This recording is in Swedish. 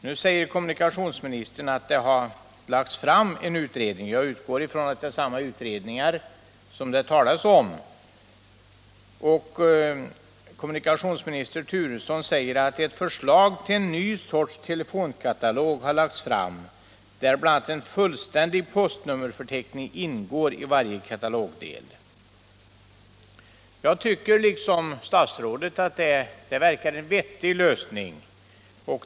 Nu talar kommunikationsministern om ett förslag från en utredning, och jag utgår från att det är samma utredning som utskottet talade om. I svaret säger kommunikationsminister Turesson: ”Ett förslag till en ny sorts telefonkatalog har lagts fram, där bl.a. en fullständig Jag tycker liksom statsrådet att det verkar vara en vettig lösning.